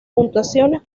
puntuaciones